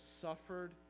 suffered